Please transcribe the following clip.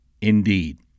Indeed